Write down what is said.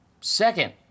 second